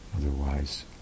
otherwise